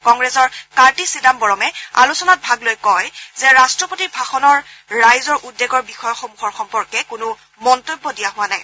কংগ্ৰেছৰ কাৰ্তি চিদাম্বৰমে আলোচনাত ভাগ লৈ কয় যে ৰট্ৰপতিৰ ভাষণৰ ৰাইজৰ উদ্বেগৰ বিষয় সমূহৰ সম্পৰ্কে কোনো মন্তব্য দিয়া হোৱা নাই